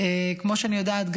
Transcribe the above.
כמו שאני גם יודעת,